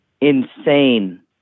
insane